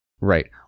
Right